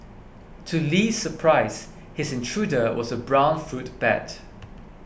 to Li's surprise his intruder was a brown fruit bat